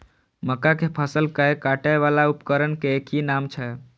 मक्का के फसल कै काटय वाला उपकरण के कि नाम छै?